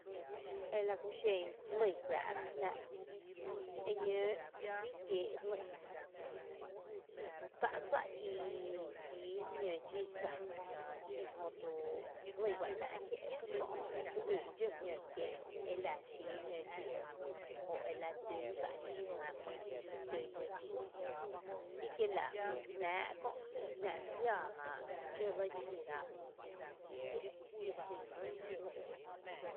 E la kúxen jlí juⱥⱥ’ rá jnⱥⱥ’ e ñǿǿ juí kiee’ jlí, lakú tá’ dsa iii xíi jñǿ dxí dsa i jötu jlí bá ‘ná’ kié’ ký kö’ jö eku íi’ dxǿ jñǿ kiee’ ela xíi jñǿ dxí dsa o ela tún tá’ dxí jan mý i dse tún jñǿ dxí ikiela’ kú jnáa’ kö’ i ‘ná’ re jiaa ‘ná’ dxǿ le dxíráa’ ejÖ fí kié’ exin jlí.